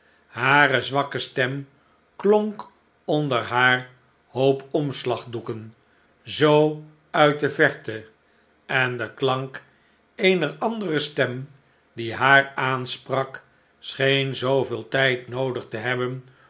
hare zwakke stem klonk onder haar hoop omslagdoeken zoo uit de verte en de klank eener andere stem die haar aansprak scheen zooveel tijd noodig te hebben